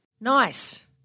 Nice